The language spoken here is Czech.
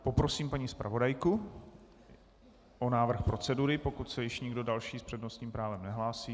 Poprosím paní zpravodajku o návrh procedury, pokud se už nikdo další s přednostním právem nehlásí.